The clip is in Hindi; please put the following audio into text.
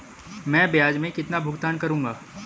मैं ब्याज में कितना भुगतान करूंगा?